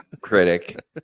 critic